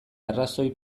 arrazoi